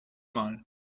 mal